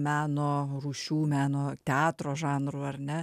meno rūšių meno teatro žanrų ar ne